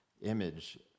image